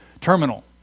Terminal